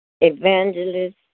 evangelist